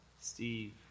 Steve